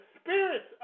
spirits